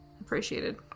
appreciated